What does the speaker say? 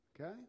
Okay